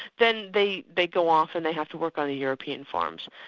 then they they go off and they have to work on european farms.